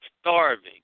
starving